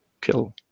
kill